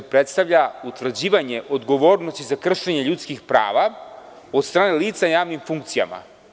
To predstavlja utvrđivanje odgovornosti za kršenje ljudskih prava od strane lica na javnim funkcijama.